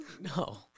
no